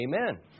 Amen